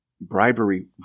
bribery